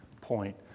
point